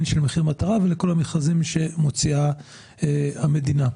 מחיר מטרה וכל המכרזים שמוציאה המדינה.